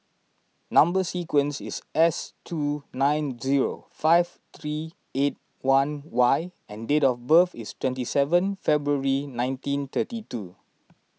Number Sequence is S two nine zero five three eight one Y and date of birth is twenty seven February nineteen thirty two